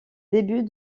début